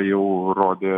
jau rodė